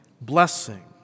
Blessing